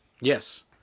Yes